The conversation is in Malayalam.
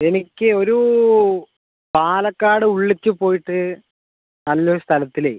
എനിക്ക് ഒരു പാലക്കാട് ഉള്ളിലേയ്ക്ക് പോയിട്ട് നല്ല ഒരു സ്ഥലത്തില്